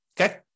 Okay